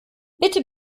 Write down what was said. bitte